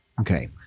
Okay